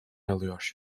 alıyor